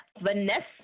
Vanessa